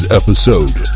episode